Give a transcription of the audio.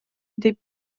des